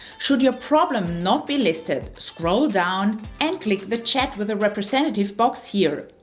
should your problem not be listed, scroll down and click the chat with a representative box here.